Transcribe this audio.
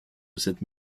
cette